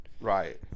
Right